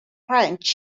french